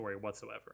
whatsoever